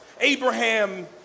Abraham